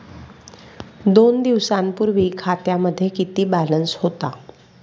दोन दिवसांपूर्वी खात्यामध्ये किती बॅलन्स होता?